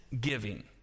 giving